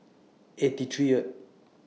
eighty three